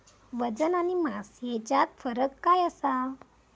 वजन आणि मास हेच्यात फरक काय आसा?